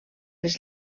les